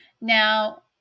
Now